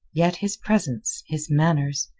yet his presence, his manners,